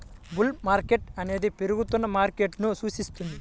bull market అనేది పెరుగుతున్న మార్కెట్ను సూచిస్తుంది